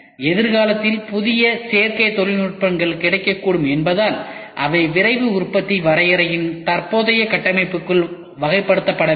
எதிர்காலத்தில் புதிய சேர்க்கை தொழில்நுட்பங்கள் கிடைக்கக்கூடும் என்பதால் அவை விரைவு உற்பத்தி வரையறையின் தற்போதைய கட்டமைப்பிற்குள் வகைப்படுத்தப்பட வேண்டும்